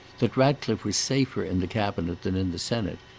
that ratcliffe was safer in the cabinet than in the senate,